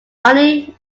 only